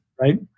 Right